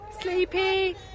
Sleepy